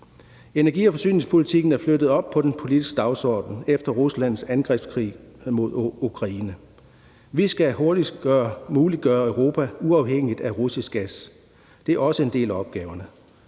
Energi- og forsyningspolitikken er flyttet op på den politiske dagsorden efter Ruslands angrebskrig mod Ukraine. Vi skal hurtigst muligt gøre Europa uafhængigt af russisk gas. Det er også en del af opgaverne.